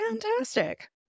fantastic